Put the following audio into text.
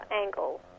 angle